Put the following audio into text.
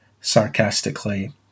sarcastically